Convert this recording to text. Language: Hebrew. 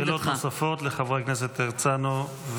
שאלות נוספות לחבר הכנסת הרצנו.